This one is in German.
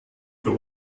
für